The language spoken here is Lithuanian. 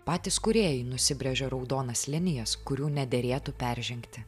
patys kūrėjai nusibrėžė raudonas linijas kurių nederėtų peržengti